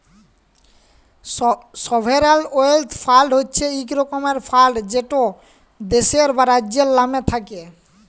sovereign wealth fund হছে ইক রকমের ফাল্ড যেট দ্যাশের বা রাজ্যের লামে থ্যাকে